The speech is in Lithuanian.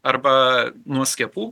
arba nuo skiepų